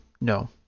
no